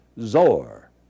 Zor